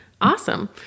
Awesome